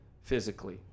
physically